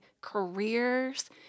careers